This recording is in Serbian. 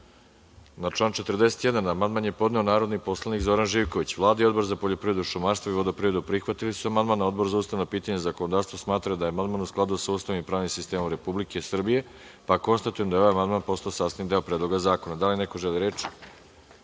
član 41. amandman je podneo narodni poslanik Zoran Živković. Vlada i Odbor za poljoprivredu, šumarstvo i vodoprivredu prihvatili su amandman. Odbor za ustavna pitanja i zakonodavstvo smatra da je amandman u skladu sa Ustavom i pravnim sistemom Republike Srbije. Konstatujem da je ovaj amandman postao sastavni deo Predloga zakona. Da li neko želi reč?